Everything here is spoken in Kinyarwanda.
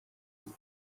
iti